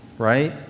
Right